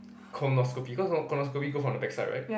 colonoscopy cause hor colonoscopy go from the backside right